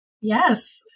Yes